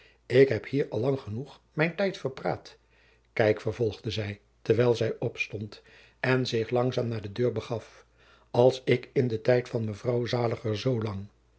ik heb hier al lang genoeg mijn tijd verpraat kijk vervolgde zij terwijl zij opstond en zich langzaam naar de deur begaf als ik in den tijd van mevrouw zaliger